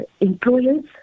employers